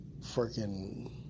freaking